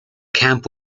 camp